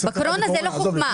בקורונה זה לא חוכמה.